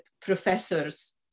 professors